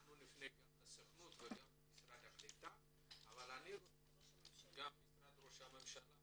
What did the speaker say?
אנחנו נפנה גם לסוכנות וגם למשרד הקליטה וגם למשרד ראש הממשלה